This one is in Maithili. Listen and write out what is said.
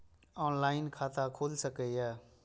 ऑनलाईन खाता खुल सके ये?